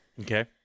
Okay